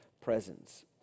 presence